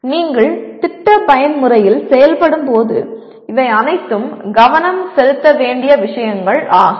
நீங்கள் திட்ட பயன்முறையில் செயல்படும்போது இவை அனைத்தும் கவனம் செலுத்த வேண்டிய விஷயங்கள் ஆகும்